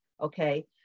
Okay